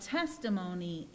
testimony